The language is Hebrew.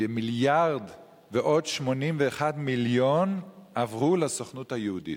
ומיליארד ועוד 81 מיליון עברו לסוכנות היהודית.